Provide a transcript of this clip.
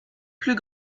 plus